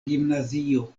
gimnazio